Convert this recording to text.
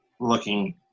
looking